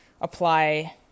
apply